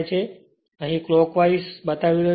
તે અહી clockwise બતાવી રહ્યું છે